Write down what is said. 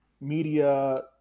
media